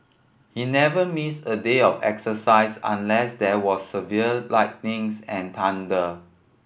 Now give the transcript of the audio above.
he never missed a day of exercise unless there was severe lightnings and thunder